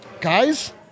Guys